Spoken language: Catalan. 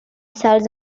sols